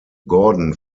gordon